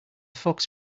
fox